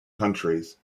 countries